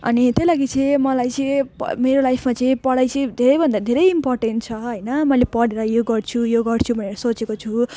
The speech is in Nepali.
अनि त्यही लागि चाहिँ मलाई चाहिँ प मेरो लाइफमा चाहिँ पढाइ चाहिँ धेरैभन्दा धेरै इम्पोर्टेन छ होइन मैले पढेर यो गर्छु यो गर्छु भनेर सोचेको छु